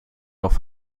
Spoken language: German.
noch